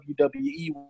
WWE